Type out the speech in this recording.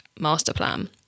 masterplan